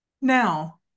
now